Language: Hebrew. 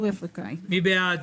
מי בעד?